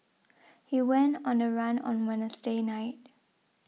he went on the run on Wednesday night